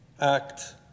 act